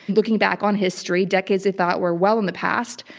looking back on history decades they thought were well in the past,